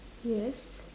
yes